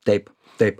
taip taip